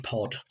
Pod